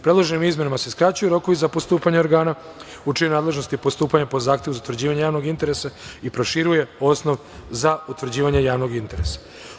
Predloženim izmenama se skraćuju rokovi za postupanje organa u čijoj je nadležnosti postupanje po zahtevu za utvrđivanje javnog interesa i proširuje osnov za utvrđivanje javnog interesa.